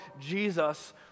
Jesus